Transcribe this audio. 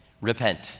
repent